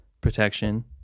protection